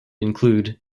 include